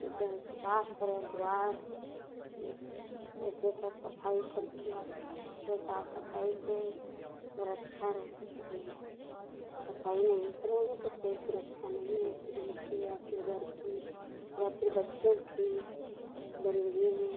जैसे हम साफ करें द्वार ऐसे सब सफाई करके तो साफ सफाई से सुरक्षा रहे सकती है सफाई नहीं करोगे तो कोई सुरक्षा नहीं है शरीर की या फिर घर की या फिर बच्चों की गंदगी में